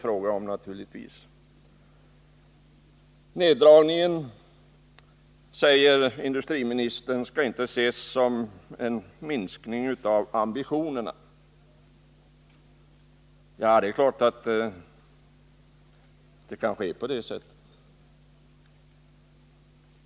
Industriministern säger att neddragningen inte skall ses som en minskning av ambitionerna. Nej, kanske det.